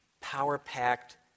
power-packed